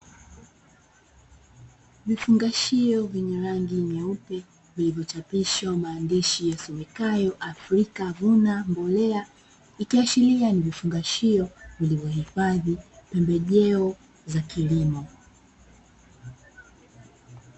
Vifungashio vyenye rangi nyeupe vilivyochapishwa maandishi yasomekayo " Afrika vuna mbolea" ikiashiria ni vifungashio vilivyohifadhi pembejeo za kilimo.